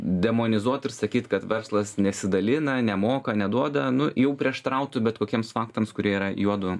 demonizuot ir sakyt kad verslas nesidalina nemoka neduoda nu jau prieštarautų bet kokiems faktams kurie yra juodu